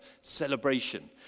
celebration